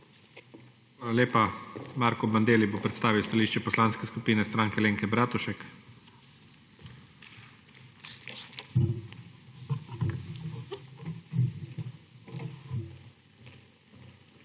Hvala lepa. Marko Bandelli bo predstavil stališče Poslanske skupine Stranke Alenke Bratušek. **MARKO